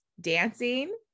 dancing